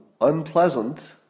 unpleasant